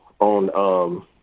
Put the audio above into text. on